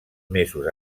mesos